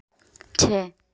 छः